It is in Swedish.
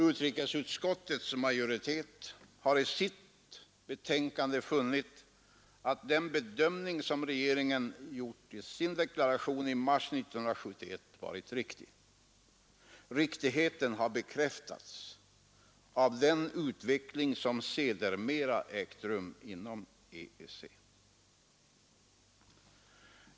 Utrikesutskottets majoritet har i sitt betänkande funnit att den bedömning som regeringen gjort i sin deklaration i mars 1971 varit riktig. Riktigheten har bekräftats av den utveckling som sedermera ägt rum inom EEC.